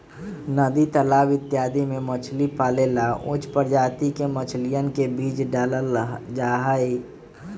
नदी तालाब इत्यादि में मछली पाले ला उच्च प्रजाति के मछलियन के बीज डाल्ल जाहई